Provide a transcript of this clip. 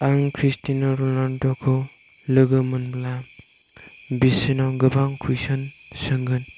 आं Cristiano Ronaldo खौ लोगो मोनब्ला बिसोरनाव गोबां कुइशन सोंगोन